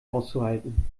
auszuhalten